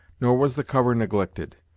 nor was the cover neglected.